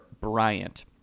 Bryant